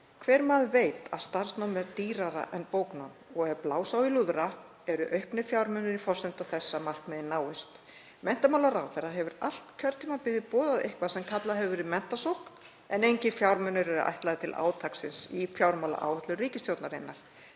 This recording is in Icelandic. Hver maður veit að starfsnám er dýrara en bóknám og ef blása á í lúðra eru auknir fjármunir forsenda þess að markmiðin náist. Menntamálaráðherra hefur allt kjörtímabilið boðað eitthvað sem kallað hefur verið menntasókn en engir fjármunir eru ætlaðir til átaksins í fjármálaáætlun ríkisstjórnarinnar